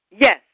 Yes